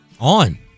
On